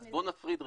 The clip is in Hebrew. אז בואו נפריד רגע,